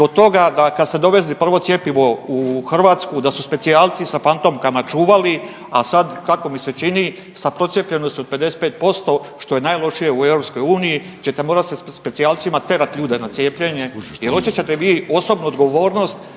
do toga da kad ste dovezli prvo cjepivo u Hrvatsku da su specijalci sa fantomkama čuvali, a sad kako mi se čini sa procijepljenosti od 55% što je najlošije u EU ćete morat sa specijalcima tjerat ljude na cijepljenje, jel osjećate vi osobnu odgovornost